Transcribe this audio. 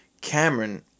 Cameron